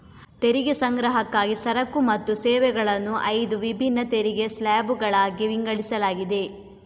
ತೆರಿಗೆ ಸಂಗ್ರಹಕ್ಕಾಗಿ ಸರಕು ಮತ್ತು ಸೇವೆಗಳನ್ನು ಐದು ವಿಭಿನ್ನ ತೆರಿಗೆ ಸ್ಲ್ಯಾಬುಗಳಾಗಿ ವಿಂಗಡಿಸಲಾಗಿದೆ